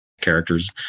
characters